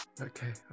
okay